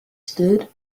stood